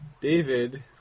David